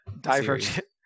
Divergent